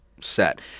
set